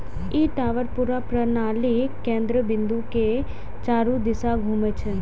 ई tower पूरा प्रणालीक केंद्र बिंदु के चारू दिस घूमै छै